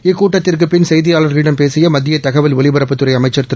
இக்கூட்டத்திற்கு பின் செய்தியாளர்களிடம் பேசிய மத்திய தகவல் ஒலிபரப்புத்துறை அமைச்சா் திரு